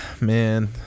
man